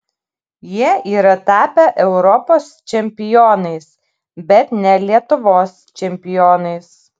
jie yra tapę europos čempionais bet ne lietuvos čempionais